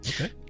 okay